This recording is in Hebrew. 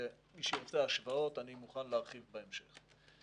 ומי שירצה השוואות, אני מוכן להרחיב בהמשך.